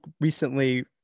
recently